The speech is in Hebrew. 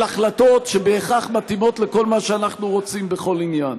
החלטות שבהכרח מתאימות לכל מה שאנחנו רוצים בכל עניין.